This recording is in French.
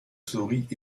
sourit